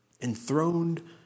Enthroned